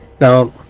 now